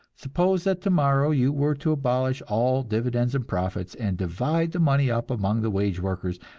suppose that tomorrow you were to abolish all dividends and profits, and divide the money up among the wage workers,